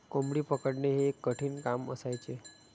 कोंबडी पकडणे हे एक कठीण काम असायचे